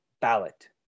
ballot